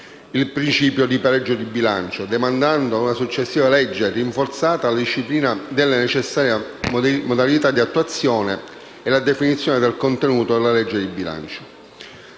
il principio del pareggio di bilancio, demandando a una successiva legge rinforzata la disciplina delle necessarie modalità di attuazione e la definizione del contenuto della legge di bilancio.